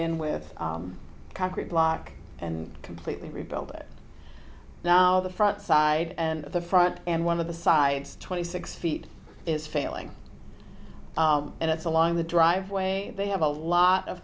in with concrete block and completely rebuild it now the front side and the front and one of the sides twenty six feet is failing and it's along the driveway they have a lot of